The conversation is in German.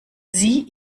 sie